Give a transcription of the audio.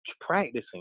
practicing